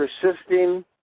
persisting